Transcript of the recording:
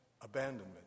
Abandonment